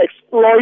exploit